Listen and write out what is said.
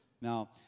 Now